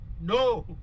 No